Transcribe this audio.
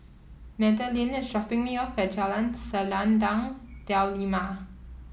Madelynn is dropping me off at Jalan Selendang Delima